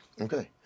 Okay